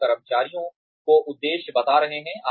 आप कर्मचारियों को उद्देश्य बता रहे हैं